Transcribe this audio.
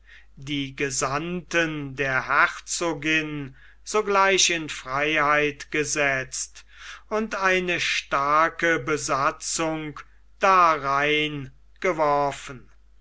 die gesandten der herzogin sogleich in freiheit gesetzt und eine starke besatzung darein geworfen